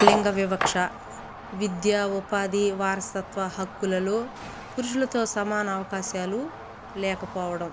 లింగ వివక్ష విద్య ఉపాధి వారసత్వ హక్కులలో పురుషులతో సమాన అవకాశాలు లేకపోవడం